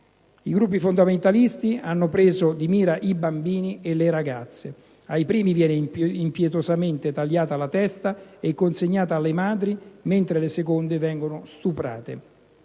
I gruppi fondamentalisti hanno preso di mira i bambini e le ragazze: ai primi viene impietosamente tagliata la testa e consegnata alle madri, mentre le seconde vengono stuprate.